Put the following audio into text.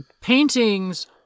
paintings